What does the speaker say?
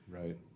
right